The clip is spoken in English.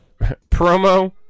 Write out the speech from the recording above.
Promo